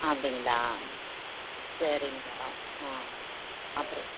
அப்படிங்களா சரிங்க மேடம் ஆ அப்புறம்